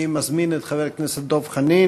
אני מזמין את חבר הכנסת דב חנין,